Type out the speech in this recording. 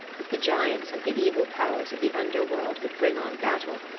with the giants and the evil powers of the underworld, would bring on battle,